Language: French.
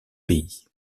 pays